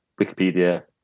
Wikipedia